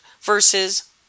versus